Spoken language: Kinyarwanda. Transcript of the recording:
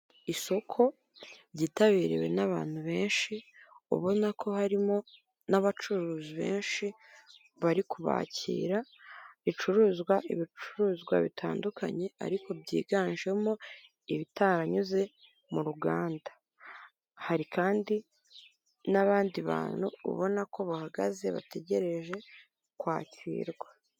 Isoko ryitabiriwe n'abantu benshi, ubona ko harimo n'abacuruzi benshi bari kubakira, ibicuruzwa ni ibicuruzwa bitandukanye ariko byiganjemo ibitaranyuze mu ruganda, hari kandi n'abandi bantu ubona ko bahagaze bategereje kwakirwa.